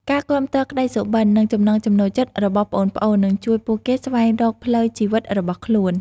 ការគាំទ្រក្តីសុបិន និងចំណង់ចំណូលចិត្តរបស់ប្អូនៗ នឹងជួយពួកគេស្វែងរកផ្លូវជីវិតរបស់ខ្លួន។